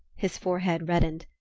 his forehead reddened.